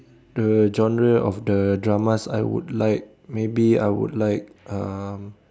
the genre of the dramas I would like maybe I would like um